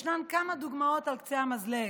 ישנן כמה דוגמאות על קצה המזלג.